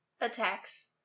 attacks